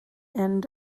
end